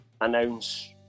announce